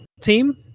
team